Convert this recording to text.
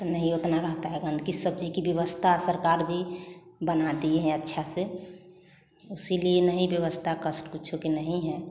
नही उतना रहता है गंदगी सब चीज की व्यवस्था सरकार जी बना दिए है अच्छा से उसी लिए नही व्यवस्था कष्ट कुछ भी के नहीं है